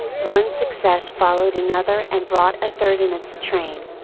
one success followed another and brought a third in its train.